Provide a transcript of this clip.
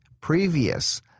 previous